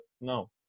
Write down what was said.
no